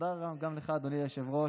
תודה רבה גם לך, אדוני היושב-ראש,